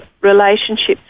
relationships